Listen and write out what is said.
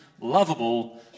lovable